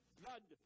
blood